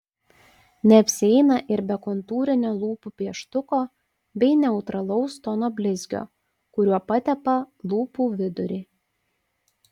neapsieina ir be kontūrinio lūpų pieštuko bei neutralaus tono blizgio kuriuo patepa lūpų vidurį